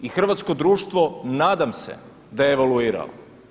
I hrvatsko društvo, nadam se da je evalouiralo.